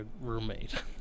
roommate